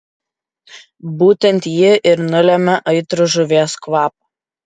būtent ji ir nulemia aitrų žuvies kvapą